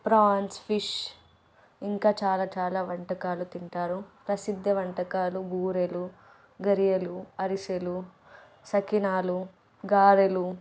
prawns fish ఇంకా చాలా చాలా వంటకాలు తింటారు ప్రసిద్ధ వంటకాలు బూరెలు గరియలు అరిసెలు సక్కినాలు గారెలు